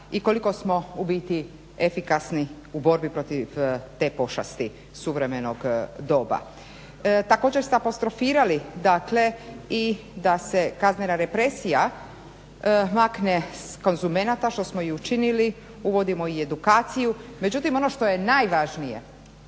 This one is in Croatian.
i koliko smo u biti efikasni u borbi protiv te pošasti suvremenog doba? Također ste apostrofirali, dakle i da se kaznena represija makne s konzumenata, što smo i učinili, uvodimo i edukaciju. Međutim, ono što je najvažnije,